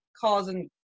causing